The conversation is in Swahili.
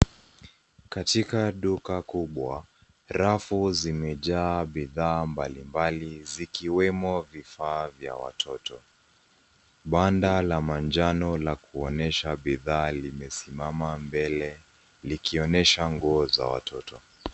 Katika duka kubwa, rafu zimejaa bidhaa mbalimbali zikiwemo vifaa vya watoto. Banda la manjano la kuonyesha bidhaa limesimama mbele likionyesha nguo za watoto.